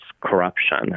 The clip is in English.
corruption